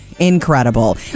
incredible